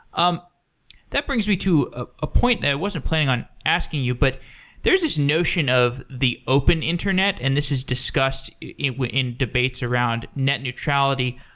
um that brings me to ah a point that i wasn't planning on asking you, but there's this notion of the open internet, and this is discussed ah in debates around net neutrality.